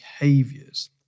behaviors